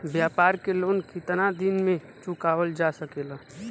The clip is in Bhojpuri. व्यापार के लोन कितना दिन मे चुकावल जा सकेला?